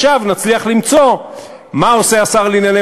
עכשיו נצליח למצוא מה עושה השר לענייני